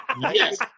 Yes